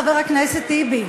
חבר הכנסת טיבי,